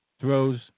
throws